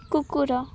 କୁକୁର